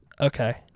Okay